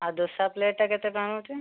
ଆଉ ଦୋସା ପ୍ଲେଟ୍ଟା କେତେ ଟଙ୍କା ନେଉଛ